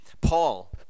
Paul